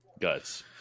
guts